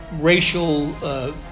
racial